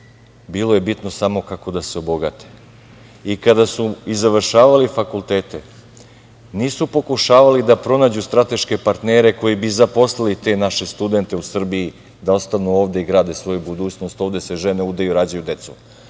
Bilo je bitno samo kako da se obogate. Kada su završavali fakultete, nisu pokušavali da pronađu strateške partnere koji bi zaposlili te naše studente u Srbiji da ostanu ovde i grade svoju budućnost, ovde se žene, udaju i rađaju decu,